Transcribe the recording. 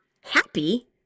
happy